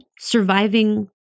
surviving